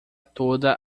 toda